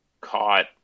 caught